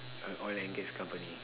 a oil and gas company